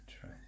try